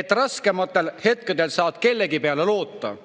et raskematel hetkedel saad kellegi peale loota.